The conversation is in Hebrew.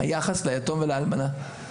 היחס ליתום ולאלמנה.